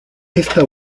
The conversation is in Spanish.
esta